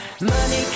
Money